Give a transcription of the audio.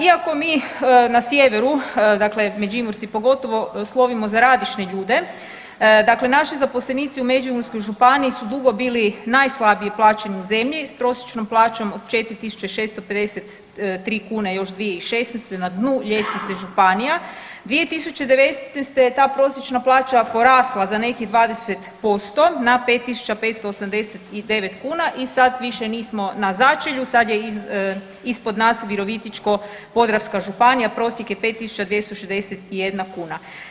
Iako mi na sjeveru, dakle Međimurci pogotovo slovimo za radišne ljude dakle naši zaposlenici u Međimurskoj županiji su dugo bili najslabije plaćeni u zemlji s prosječnom plaćom od 4.653 kune još 2016. na dnu ljestvice županija, 2019. je ta prosječna plaća porasla za nekih 20% na 5.589 kuna i sad više nismo na začelju sad je ispod nas Virovitičko-podravska županija, prosjek je 5.261 kuna.